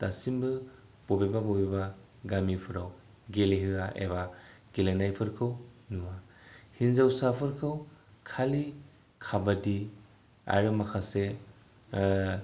दासिमबो बबेबा बबेबा गामिफोराव गेलेहोआ एबा गेलेनायफोरखौ नुवा हिनजावसाफोरखौ खालि काबादि आरो माखासे